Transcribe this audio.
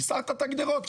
הסרת את הגדרות,